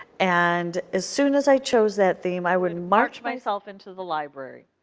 and as soon as i chose that theme, i would and march myself into the library.